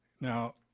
Now